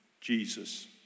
Jesus